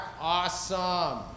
Awesome